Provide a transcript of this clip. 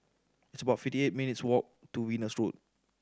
it's about fifty eight minutes' walk to Venus Road